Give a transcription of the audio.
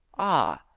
ah,